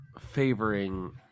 favoring